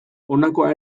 honakoa